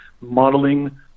modeling